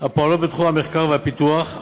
הפועלות בתחום המחקר והפיתוח.